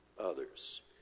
others